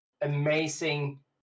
amazing